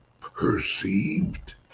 perceived